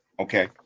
Okay